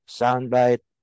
soundbite